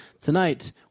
tonight